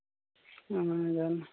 ᱚᱱᱟ ᱜᱮ